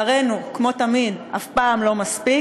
לצערנו, כמו תמיד, זה אף פעם לא מספיק,